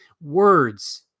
words